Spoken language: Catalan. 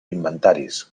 inventaris